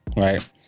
Right